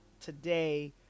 today